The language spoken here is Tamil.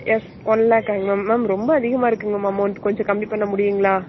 எஸ் ஒன் லேக்குங்களா மேம் மேம் ரொம்ப அதிகமாக இருக்குதுங்க மேம் அமவுண்ட் கொஞ்சம் கம்மி பண்ண முடியும்ங்களா